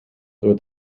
door